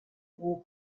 wall